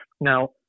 Now